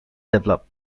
developed